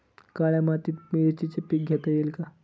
काळ्या मातीत मिरचीचे पीक घेता येईल का?